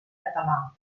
català